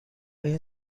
این